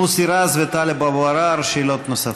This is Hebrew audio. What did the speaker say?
מוסי רז וטלב אבו עראר, שאלות נוספות.